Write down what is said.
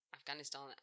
Afghanistan